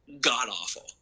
god-awful